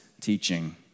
teaching